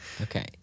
Okay